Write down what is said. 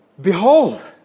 Behold